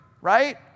right